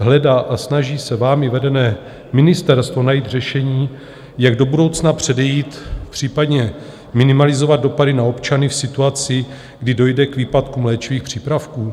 Hledá a snaží se vámi vedené ministerstvo najít řešení, jak do budoucna předejít, případně minimalizovat dopady na občany v situaci, kdy dojde k výpadkům léčivých přípravků?